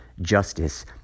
justice